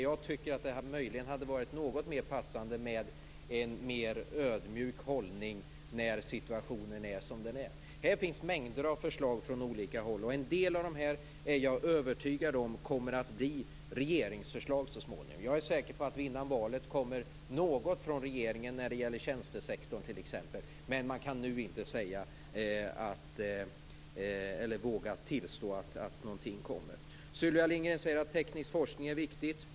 Jag tycker att det hade varit mer passande med en något mer ödmjuk hållning när situationen är som den är. Det finns mängder av förslag från olika håll. Jag är övertygad om att en del av dem kommer att bli regeringsförslag så småningom. Jag är säker på att det före valet kommer något från regeringen när det gäller tjänstesektorn t.ex. Men man vågar inte nu tillstå att någonting kommer. Sylvia Lindgren säger att teknisk forskning är viktig.